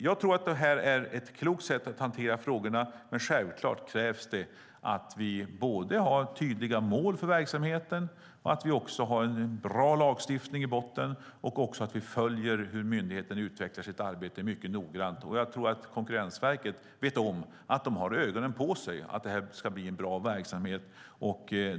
Jag tror att det här är ett klokt sätt att hantera frågorna på, men självklart krävs att vi har tydliga mål för verksamheten och en bra lagstiftning i botten samt att vi mycket noga följer hur myndigheten utvecklar sitt arbete. Jag tror att Konkurrensverket vet om att de har ögonen på sig för att det ska bli en bra verksamhet.